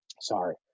sorry